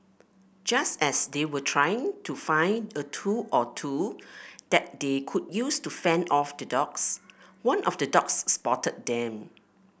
just as they were trying to find a tool or two that they could use to fend off the dogs one of the dogs spotted them